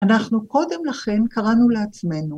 ‫אנחנו קודם לכן קראנו לעצמנו.